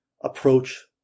approach